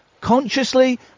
consciously